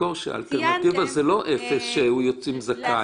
לזכור שהאלטרנטיבה זה לא שהוא יוצא זכאי.